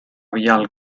vial